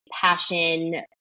passion